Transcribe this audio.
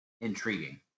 intriguing